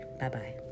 Bye-bye